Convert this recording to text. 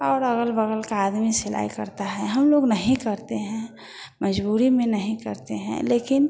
और अग़ल बग़ल का आदमी सिलाई करता है हम लोग नहीं करते हैं मजबूरी में नहीं करते हैं लेकिन